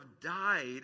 died